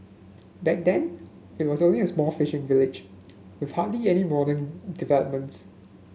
back then it was also a small fishing village with hardly any modern developments